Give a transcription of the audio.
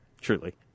Truly